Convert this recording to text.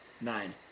Nine